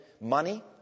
money